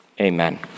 amen